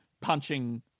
punching